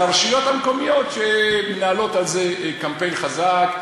אלה הרשויות המקומיות שמנהלות על זה קמפיין חזק,